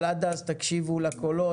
אבל עד אז תקשיבו לקולות,